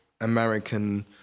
American